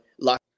lock